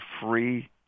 free